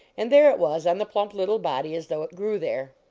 and there it was on the plump little body as though it grew there.